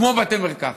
כמו בתי מרקחת,